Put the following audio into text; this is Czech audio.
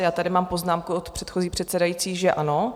Já tady mám poznámku od předchozí předsedající, že ano.